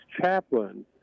chaplain